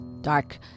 Dark